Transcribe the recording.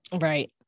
Right